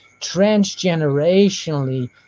transgenerationally